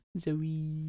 Zoe